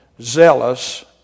zealous